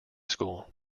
school